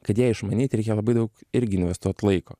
kad ją išmanyti reikia labai daug irgi investuot laiko